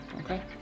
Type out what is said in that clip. Okay